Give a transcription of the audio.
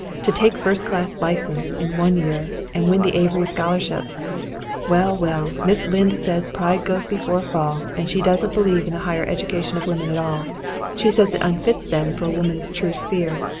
to take first class license in one year and win the avery scholarship well, well, mrs. lynde says pride goes before a fall and she doesn't believe in the higher education of women at all she says it unfits them for woman's true sphere.